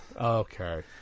Okay